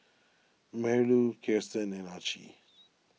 Marilou Kiersten and Archie